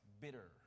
bitter